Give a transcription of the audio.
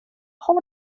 har